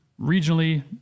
regionally